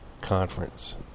conference